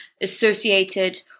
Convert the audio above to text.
associated